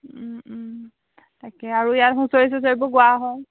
তাকে আৰু ইয়াত হুঁচৰি চুঁচৰিবোৰ গোৱা হয়